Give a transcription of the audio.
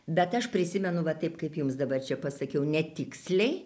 bet aš prisimenu va taip kaip jums dabar čia pasakiau netiksliai